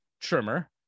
trimmer